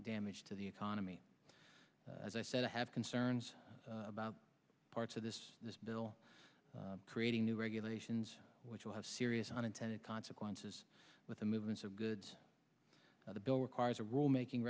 damage to the economy as i said i have concerns about parts of this this bill creating new regulations which will have serious unintended consequences with the movements of goods the bill requires a rule making